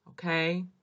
Okay